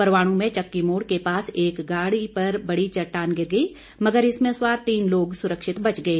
परवाणू में चक्की मोड़ के पास एक गाड़ी पर बड़ी चट्टान गिर गई मगर इसमें सवार तीन लोग सुरक्षित बच गए